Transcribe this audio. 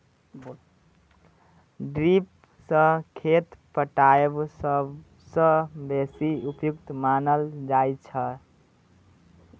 drip सँ खेत पटाएब सबसँ बेसी उपयुक्त मानल जाइ छै